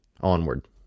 onward